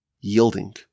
yielding